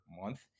month